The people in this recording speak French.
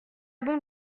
bon